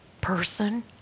person